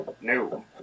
No